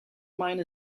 mine